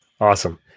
Awesome